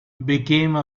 became